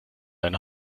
eine